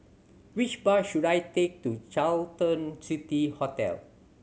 which bus should I take to City Hotel